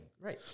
Right